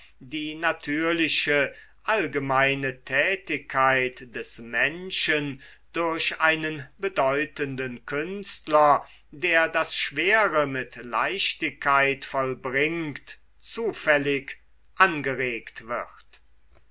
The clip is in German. die natürliche allgemeine tätigkeit des menschen durch einen bedeutenden künstler der das schwere mit leichtigkeit vollbringt zufällig angeregt wird